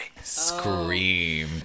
Scream